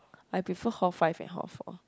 I prefer hall five and hall four